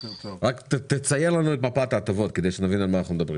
רק תציין לנו את מפת ההטבות כדי שנבין על מה אנחנו מדברים.